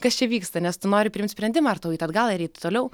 kas čia vyksta nes tu nori priimt sprendimą ar tau eit atgal ar eiti toliau